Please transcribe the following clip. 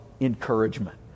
encouragement